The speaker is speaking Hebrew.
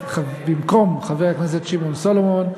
במקום חבר הכנסת שמעון סולומון,